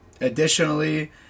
Additionally